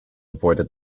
avoided